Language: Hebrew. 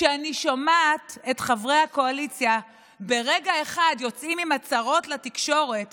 כשאני שומעת את חברי הקואליציה יוצאים עם הצהרות לתקשורת